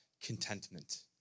contentment